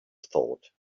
thought